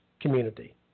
community